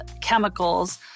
chemicals